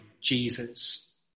Jesus